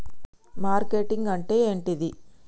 Marketing అంటే ఏంటిది?